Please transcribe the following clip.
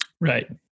right